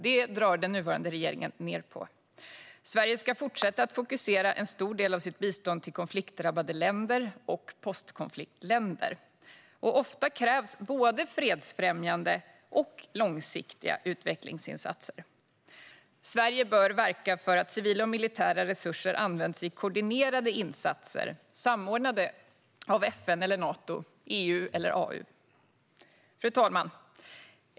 Detta drar den nuvarande regeringen ned på. Sverige ska fortsätta att fokusera en stor del av sitt bistånd på konfliktdrabbade länder och postkonfliktländer. Ofta krävs både fredsfrämjande och långsiktiga utvecklingsinsatser. Sverige bör verka för att civila och militära resurser används i koordinerade insatser samordnade av FN eller Nato, EU och AU. Fru talman!